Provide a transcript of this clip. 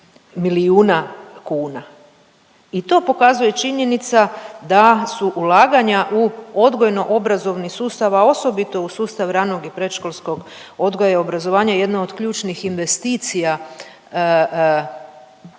milijuna kuna i to pokazuje činjenica da su ulaganja u odgojno obrazovni sustav, a osobito u sustav ranog i predškolskog odgoja i obrazovanja jedna od ključnih investicija Vlade